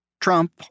Trump